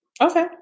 Okay